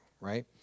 right